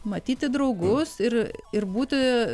matyti draugus ir ir būti